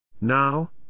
Now